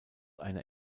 einer